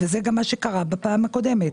וזה גם מה שקרה בפעם הקודמת.